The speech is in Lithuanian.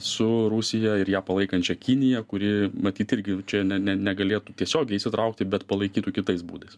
su rusija ir ją palaikančia kinija kuri matyt irgi čia ne ne negalėtų tiesiogiai įsitraukti bet palaikytų kitais būdais